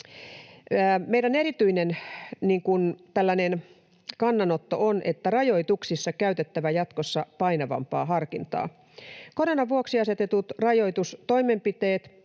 erityinen kannanottomme on, että rajoituksissa on käytettävä jatkossa painavampaa harkintaa. Koronan vuoksi asetetut rajoitustoimenpiteet